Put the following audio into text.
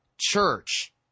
church